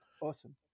awesome